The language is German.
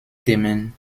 themen